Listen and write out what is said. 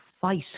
fight